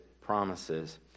promises